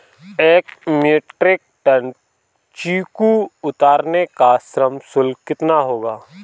एक metric tonne चीकू उतारने का श्रम शुल्क कितना होगा?